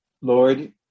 Lord